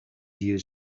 you